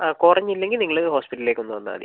ആ കുറഞ്ഞില്ലെങ്കിൽ നിങ്ങൾ ഹോസ്പിറ്റലിലേക്ക് ഒന്ന് വന്നാൽ മതി